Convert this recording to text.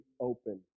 open